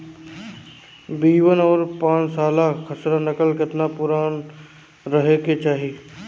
B one और पांचसाला खसरा नकल केतना पुरान रहे के चाहीं?